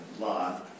law